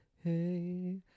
hey